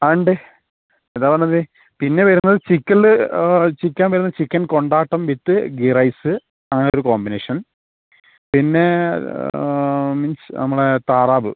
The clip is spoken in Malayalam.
ആ ഉണ്ട് അതാണ് പറഞ്ഞത് പിന്നെ വരുന്നത് ചിക്കനിൽ ചിക്കൻ വരുന്നത് ചിക്കൻ കൊണ്ടാട്ടം വിത്ത് ഗീ റൈസ് അങ്ങനെ ഒരു കോമ്പിനേഷൻ പിന്നെ മീൻസ് നമ്മള താറാവ്